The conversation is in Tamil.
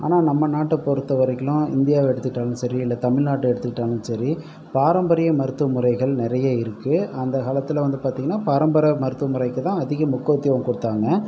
ஆனால் நம்ம நாட்டை பொறுத்த வரைக்கிலும் இந்தியாவை எடுத்துக்கிட்டாலும் சரி இல்லை தமிழ்நாட்டை எடுத்துக்கிட்டாலும் சரி பாரம்பரிய மருத்துவ முறைகள் நிறைய இருக்குது அந்த காலத்தில் வந்து பார்த்திங்கன்னா பரம்பரை மருத்துவ முறைக்கு தான் அதிக முக்கியத்துவம் கொடுத்தாங்க